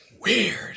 Weird